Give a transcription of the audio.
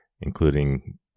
including